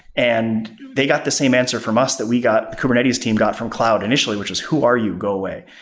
and they got the same answer from us that we got, the kubernetes team got from cloud initially, which is, who are you? go away.